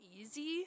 easy